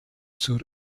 zur